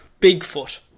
Bigfoot